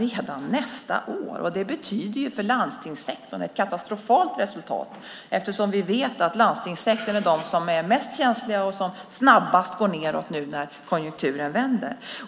Ett sådant resultat är för landstingssektorn katastrofalt, eftersom vi vet att landstingssektorn är den som är mest känslig och snabbast går nedåt när konjunkturen nu vänder.